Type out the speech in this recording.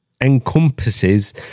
encompasses